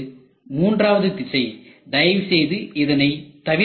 இது மூன்றாவது திசை தயவுசெய்து இதனை தவிர்க்க வேண்டும்